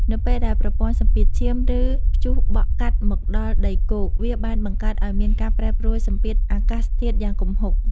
នៅពេលដែលប្រព័ន្ធសម្ពាធទាប ឬព្យុះបក់កាត់មកដល់ដីគោក វាបានបង្កើតឱ្យមានការប្រែប្រួលសម្ពាធអាកាសធាតុយ៉ាងគំហុក។